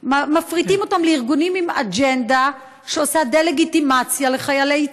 מפריטים אותן לארגונים עם אג'נדה שעושה דה-לגיטימציה לחיילי צה"ל?